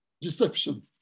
deception